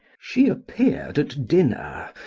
she appeared at dinner,